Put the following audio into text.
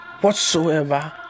Whatsoever